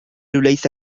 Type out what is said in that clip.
ليس